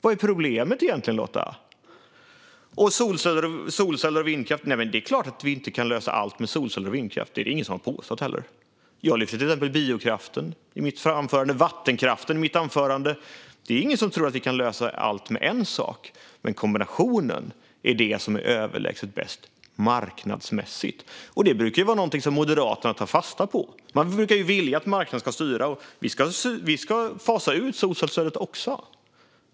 Vad är egentligen problemet, Lotta? Det är klart att vi inte kan lösa allt med solceller och vindkraft. Det är det heller ingen som har påstått. Jag lyfte till exempel fram biokraften och vattenkraften i mitt anförande. Det är ingen som tror att vi kan lösa allting med en enda sak. Det är kombinationen som är överlägset bäst marknadsmässigt, och det brukar vara någonting som Moderaterna tar fasta på. Man brukar vilja att marknaden ska styra. Vi ska fasa ut solcellsstödet.